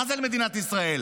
מה זה למדינת ישראל,